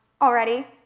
already